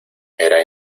era